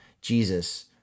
Jesus